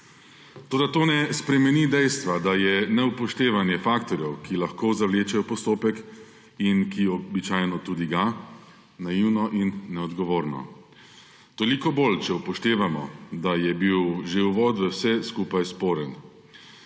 to ne spremeni dejstva, da je neupoštevanje faktorjev, ki lahko zavlečejo postopek in ki običajno tudi ga, naivno in neodgovorno. Toliko bolj, če upoštevamo, da je bil že uvod v vse skupaj sporen.